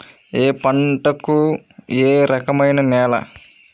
ఏ పంటకు ఏ రకమైన నేల?